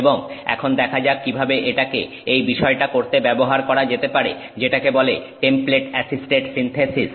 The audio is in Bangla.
এবং এখন দেখা যাক কিভাবে এটাকে এই বিষয়টা করতে ব্যবহার করা যেতে পারে যেটাকে বলে টেমপ্লেট অ্যাসিস্টেড সিন্থেসিস